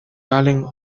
valen